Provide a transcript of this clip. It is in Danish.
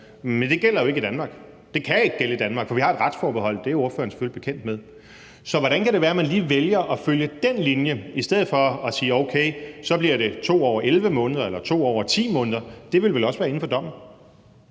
men det gælder jo ikke i Danmark. Det kan ikke gælde i Danmark, for vi har et retsforbehold, og det er ordføreren selvfølgelig bekendt med. Så hvordan kan det være, at man vælger at følge den linje i stedet for at sige: Okay, så bliver det 2 år og 11 måneder eller 2 år og 10 måneder. Det vil vel også være inden for dommen?